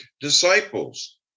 disciples